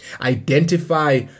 identify